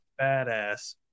Badass